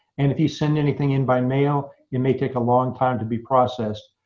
and if you send anything in by mail, you may take a long time to be processed.